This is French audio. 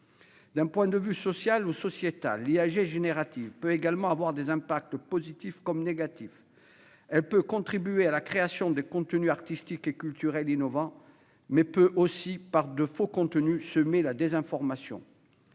D'un point de vue social ou sociétal, les effets de l'IA générative peuvent également se révéler positifs comme négatifs. Si celle-ci peut contribuer à la création de contenus artistiques et culturels innovants, elle peut aussi, par de faux contenus, semer la désinformation.